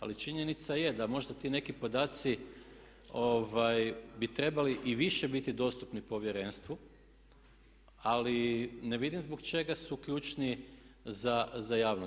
Ali činjenica je da možda ti neki podaci bi trebali i više biti dostupni Povjerenstvu ali ne vidim zbog čega su ključni za javnost.